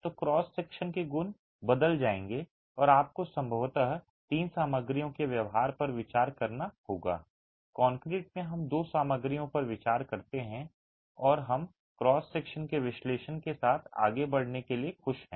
तो cross section के गुण बदल जाएंगे और आपको संभवतः तीन सामग्रियों के व्यवहार पर विचार करना होगा कंक्रीट में हम दो सामग्रियों पर विचार करते हैं और हम क्रॉस सेक्शन के विश्लेषण के साथ आगे बढ़ने के लिए खुश हैं